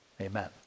Amen